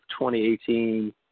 2018